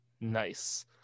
nice